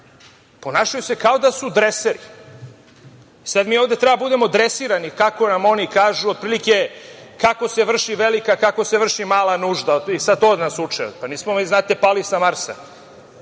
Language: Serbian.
ponašaju kao da su dreseri. Sada mi ovde treba da budemo dresirani kako nam oni kažu, otprilike kako se vrši velika, kako se vrši mala nužda, sada to da nas uče. Nismo mi, znate, pali sa Marsa.